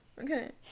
Okay